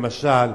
למשל,